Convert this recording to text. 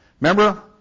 Remember